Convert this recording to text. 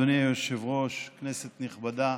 אדוני היושב-ראש, כנסת נכבדה,